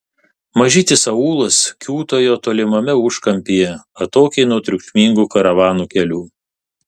mažytis aūlas kiūtojo tolimame užkampyje atokiai nuo triukšmingų karavanų kelių